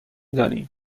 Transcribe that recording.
دانی